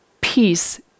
peace